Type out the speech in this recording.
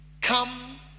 come